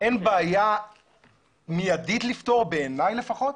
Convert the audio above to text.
אין בעיה מידית לפתור ביעניי לפחות.